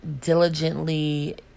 diligently